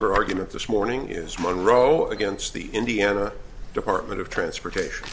her argument this morning is more roe against the indiana department of transportation